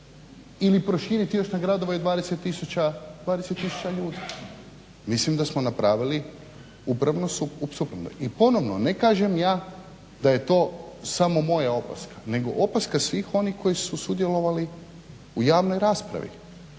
ili proširiti još na gradove od 20000 ljudi. Mislim da smo napravili upravo suprotno. I ponovno ne kažem ja da je to samo moja opaska, nego opaska svih onih koji su sudjelovali u javnoj raspravi.